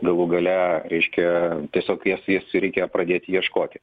galų gale reiškia tiesiog jas jas reikia pradėti ieškoti